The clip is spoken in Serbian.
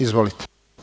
Izvolite.